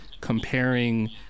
comparing